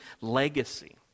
legacy